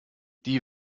die